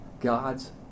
God's